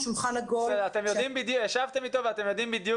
אתם ישבתם איתו ואתם יודעים בדיוק